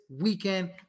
weekend